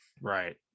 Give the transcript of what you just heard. right